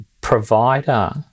provider